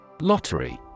Lottery